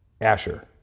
Asher